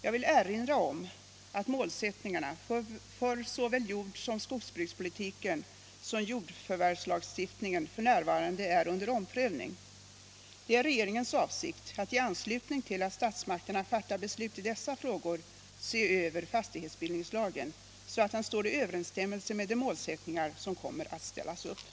Jag vill erinra om att målsättningarna för såväl jordbruksoch skogsbrukspolitiken som jordbruksförvärvslagstiftningen f. n. är under omprövning. Det är regeringens avsikt att i anslutning till att statsmakterna fattar beslut i dessa frågor se över fastighetsbildningslagen, så att den står i överensstämmelse med de målsättningar som kommer = Nr 114